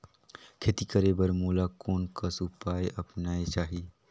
खेती करे बर मोला कोन कस उपाय अपनाये चाही?